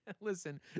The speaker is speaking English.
Listen